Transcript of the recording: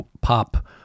pop